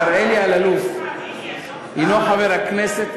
מר אלי אלאלוף הוא חבר הכנסת,